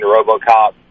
Robocop